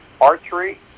archery